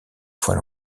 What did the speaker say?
fois